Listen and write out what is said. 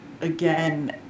again